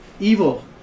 evil